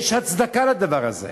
יש הצדקה לדבר הזה.